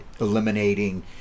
eliminating